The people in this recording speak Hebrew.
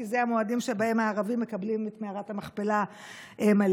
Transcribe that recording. כי אלה המועדים שבהם הערבים מקבלים את מערת המכפלה מלא,